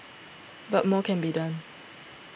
but more can be done